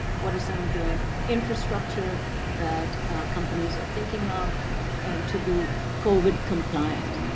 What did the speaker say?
what are some of the infrastructure that companies are thinking of and to be covid compliant?